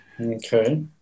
Okay